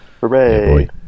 hooray